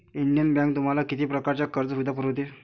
Indian bank तुम्हाला किती प्रकारच्या कर्ज सुविधा पुरवते?